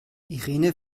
irene